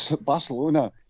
Barcelona